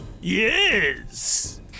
Yes